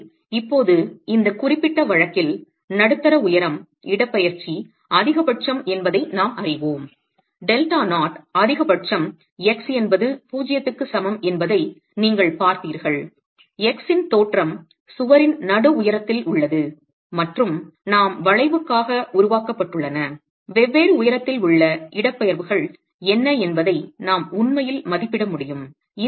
எனவே இப்போது இந்த குறிப்பிட்ட வழக்கில் நடுத்தர உயரம் இடப்பெயர்ச்சி அதிகபட்சம் என்பதை நாம் அறிவோம் டெல்டா நாட் அதிகபட்சம் x என்பது 0 க்கு சமம் என்பதை நீங்கள் பார்த்தீர்கள் x ன் தோற்றம் சுவரின் நடு உயரத்தில் உள்ளது மற்றும் நாம் வளைவுக்காக உருவாக்கப்பட்டுள்ளன வெவ்வேறு உயரத்தில் உள்ள இடப்பெயர்வுகள் என்ன என்பதை நாம் உண்மையில் மதிப்பிட முடியும்